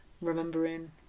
remembering